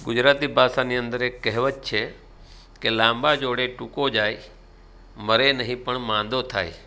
ગુજરાતી ભાષાની અંદર એક કહેવત છે કે લાંબા જોડે ટૂંકો જાય મરે નહીં પણ માંદો થાય